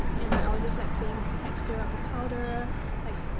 and, i was just, like, playing with the texture of the powder. like